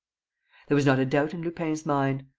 there was not a doubt in lupin's mind.